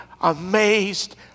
amazed